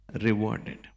rewarded